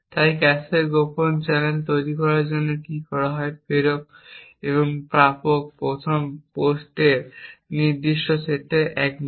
তাই ক্যাশে গোপন চ্যানেল তৈরি করার জন্য কী করা হয় প্রেরক এবং প্রাপক 1ম পোর্টের নির্দিষ্ট সেটে একমত